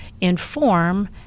inform